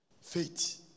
Faith